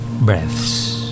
breaths